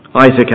Isaac